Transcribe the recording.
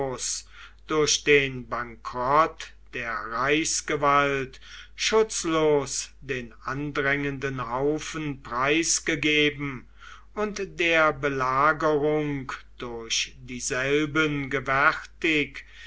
durch den bankrott der reichsgewalt schutzlos den andrängenden haufen preisgegeben und der belagerung durch dieselben gewärtig